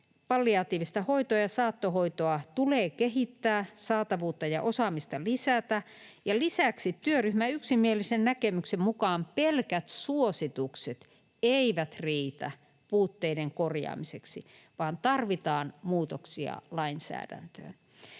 palliatiivista hoitoa ja saattohoitoa tulee kehittää, saatavuutta ja osaamista lisätä, ja lisäksi työryhmän yksimielisen näkemyksen mukaan pelkät suositukset eivät riitä puutteiden korjaamiseksi vaan tarvitaan muutoksia lainsäädäntöön.